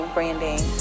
Branding